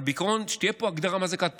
אבל בעיקרון, שתהיה פה הגדרה מה זו כת פוגענית,